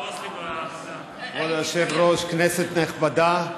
כבוד היושב-ראש, כנסת נכבדה,